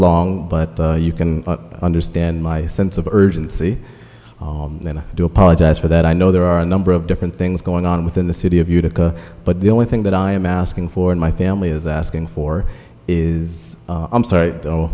long but you can understand my sense of urgency that i do apologize for that i know there are a number of different things going on within the city of utica but the only thing that i am asking for and my family is asking for is i'm sorry